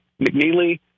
McNeely